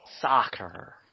Soccer